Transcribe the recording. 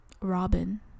Robin